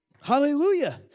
Hallelujah